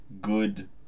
good